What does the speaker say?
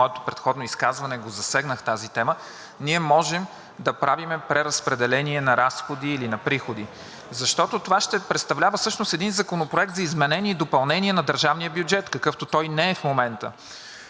в моето предходно изказване засегнах тази тема, ние можем да правим преразпределение на разходи или на приходи, защото това ще представлява всъщност един законопроект за изменение и допълнение на държавния бюджет, какъвто той не е в момента.